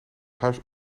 huis